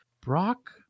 Brock